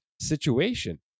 situation